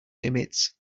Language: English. emits